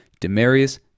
Demarius